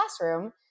classroom